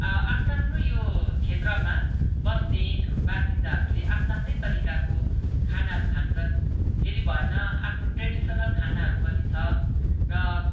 आफ्नु आफ्नो यो क्षेत्रमा बस्ने बासिन्दाहरूले आफ्नो आफ्नै तरिकाको खानाहरू खान्छन् फेरि भएन आफ्नो ट्रेडिसनल खानाहरू पनि छ र